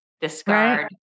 discard